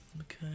okay